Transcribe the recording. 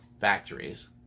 factories